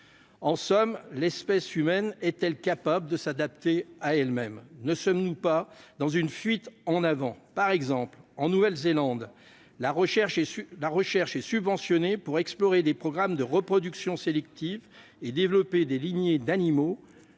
En somme, l'espèce humaine est-elle capable de s'adapter à elle-même ? Ne sommes-nous pas dans une fuite en avant ? Par exemple, en Nouvelle-Zélande, la recherche est subventionnée pour travailler sur des programmes de reproduction sélective et développer des lignées d'animaux